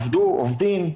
עובדים,